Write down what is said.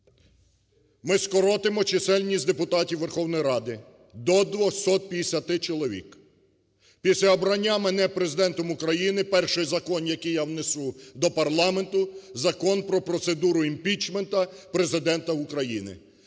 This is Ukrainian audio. Ми скоротимо чисельність депутатів Верховної Ради до 250 чоловік. Після обрання мене Президентом України, перший закон, який я внесу до парламенту, Закон про процедуру імпічменту Президента України.